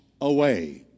away